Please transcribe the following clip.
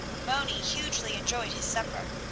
moni hugely enjoyed his supper.